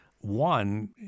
one